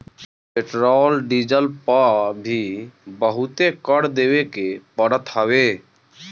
petrol diesel पअ भी बहुते कर देवे के पड़त हवे